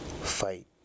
fight